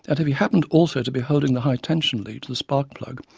that if he happened also to be holding the high-tension lead to the spark plug,